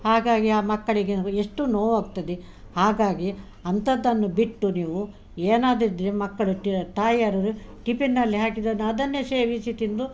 ಹಾಗಾಗಿ ಆ ಮಕ್ಕಳಿಗೆ ಎಷ್ಟು ನೋವೋಗ್ತದೆ ಹಾಗಾಗಿ ಅಂಥದ್ದನ್ನು ಬಿಟ್ಟು ನೀವು ಏನಾದ್ರಿದ್ದರೆ ಮಕ್ಕಳು ತಾಯಿಯರು ಟಿಫಿನ್ನಲ್ಲಿ ಹಾಕಿದ್ದರೆ ಅದನ್ನೇ ಸೇವಿಸಿ ತಿಂದು